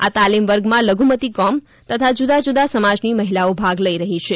આ તાલીમ વર્ગમાં લધ્મતી કોમ તથા જૂદા જૂદા સમાજની મહિલાઓ ભાગ લઇ રહી છે